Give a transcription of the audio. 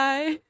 Bye